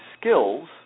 skills